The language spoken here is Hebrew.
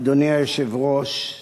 אדוני היושב-ראש,